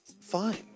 fine